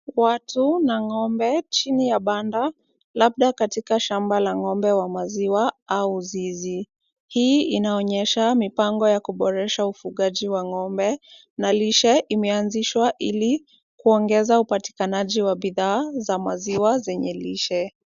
Watu na ng'ombe chini ya banda labda katika shamba la ng'ombe wa maziwa au zizi. Hii inaonyesha mipango ya kuboresha ufugaji wa ng'ombe na lishe imeanzishwa ili kuongeza upatikanaji wa bidhaa za maziwa zenye lishe.